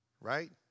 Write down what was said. right